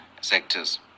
sectors